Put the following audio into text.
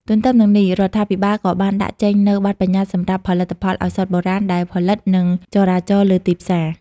ទទ្ទឹមនឹងនេះ រដ្ឋាភិបាលក៏បានដាក់ចេញនូវបទប្បញ្ញត្តិសម្រាប់ផលិតផលឱសថបុរាណដែលផលិត និងចរាចរណ៍លើទីផ្សារ។